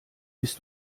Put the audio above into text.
bis